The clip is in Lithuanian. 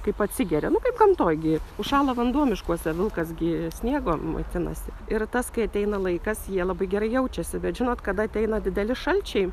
kaip atsigeria nu kaip gamtoj gi užšąla vanduo miškuose vilkas gi sniegu maitinasi ir tas kai ateina laikas jie labai gerai jaučiasi bet žinot kada ateina dideli šalčiai